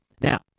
now